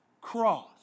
cross